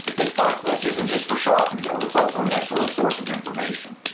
this parts list isn't just for shopping though, it's also an excellent source of information.